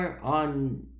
On